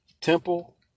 Temple